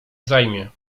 zajmie